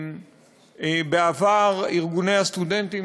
בעבר ארגוני הסטודנטים,